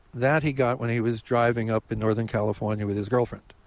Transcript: that he got when he was driving up in northern california with his girlfriend.